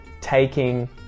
taking